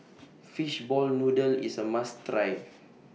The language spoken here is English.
Fishball Noodle IS A must Try